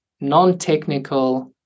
non-technical